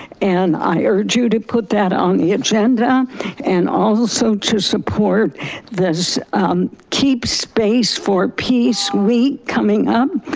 and i urge you to put that on the agenda and also to support this keep space for peace week coming up,